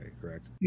correct